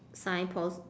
sign post